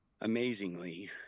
Amazingly